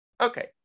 Okay